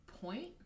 point